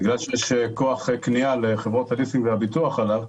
בגלל שיש כוח קנייה לחברות הליסינג והביטוח עליו,